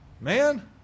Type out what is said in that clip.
Man